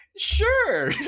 Sure